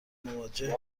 مواجه